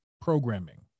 programming